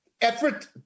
effort